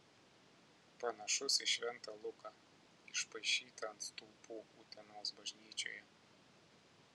panašus į šventą luką išpaišytą ant stulpų utenos bažnyčioje